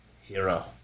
hero